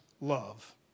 love